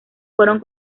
fueron